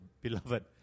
beloved